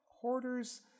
Hoarders